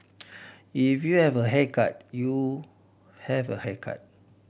if you have a haircut you have a haircut